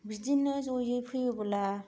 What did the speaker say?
बिदिनो जयै फैयोब्ला